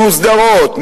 מוסדרות,